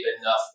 enough